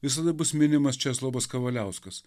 visada bus minimas česlovas kavaliauskas